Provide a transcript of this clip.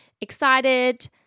excited